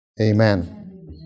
amen